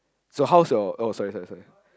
so how's your oh sorry sorry sorry